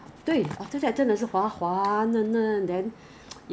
it's only three steps toner serum moisturizer